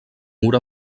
mur